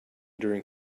during